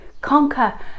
conquer